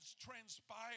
transpired